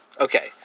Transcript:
Okay